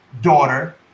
daughter